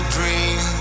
dream